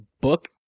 book